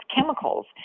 chemicals